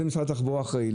שלזה משרד התחבורה אחראי,